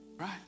right